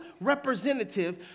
representative